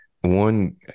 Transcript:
one